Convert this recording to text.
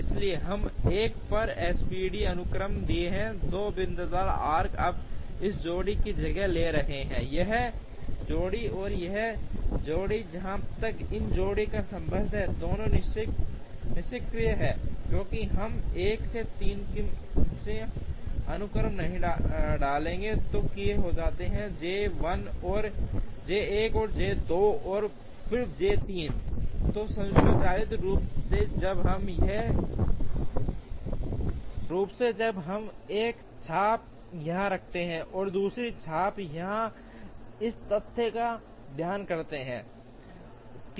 इसलिए एम 1 पर एसपीटी अनुक्रम के लिए दो बिंदीदार आर्क अब इस जोड़ी की जगह ले रहे हैं यह जोड़ी और यह जोड़ी जहां तक इस जोड़ी का संबंध है दोनों निष्क्रिय हैं क्योंकि हम 1 से 3 में अनुक्रम नहीं डालेंगे जो कि होता है J 1 और फिर J 2 और फिर J 3 तो स्वचालित रूप से जब हम एक चाप यहाँ रखते हैं और दूसरा चाप यहाँ इस तथ्य का ध्यान रखता है